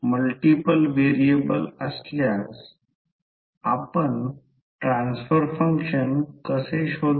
म्हणून समीकरण 14 आणि 15 मधून आपल्याला v i1 मिळतो कृपया वेळ वाचवण्यासाठी मी लिहिलेले हे सोडवा कृपया v i1 काय आहे ते शोधा